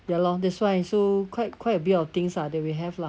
ya lor that's why so quite quite a bit of things ah that we have lah